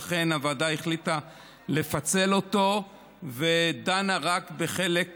ולכן הוועדה החליטה לפצל אותו ודנה רק בחלק אחד,